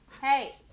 Hey